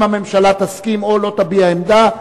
אם הממשלה תסכים או לא תביע עמדה,